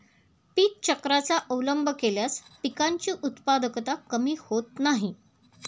पीक चक्राचा अवलंब केल्यास पिकांची उत्पादकता कमी होत नाही